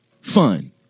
fun